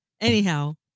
Anyhow